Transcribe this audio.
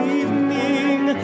evening